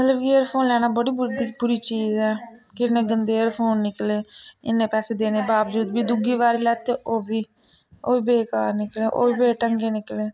मतलब कि एयरफोन लैना बड़ी बूरी चीज ऐ किन्ने गंदे एयरफोन निकले इ'न्ने पैसे देने बाबजूद बी दुई बारी लैते ओह् बी ओह् बी बेकार निकले ओह् बी बेढंगे निकले